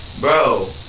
bro